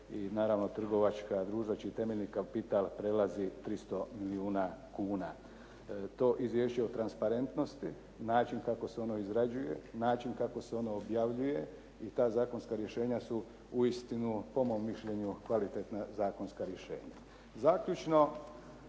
i naravno trgovačka društva čiji temeljni kapital prelazi 300 milijuna kuna. To izvješće o transparentnosti, način kako se ono izrađuje, način kako se ono objavljuje i ta zakonska rješenja su uistinu po mom mišljenju kvalitetna zakonska rješenja. Zaključno,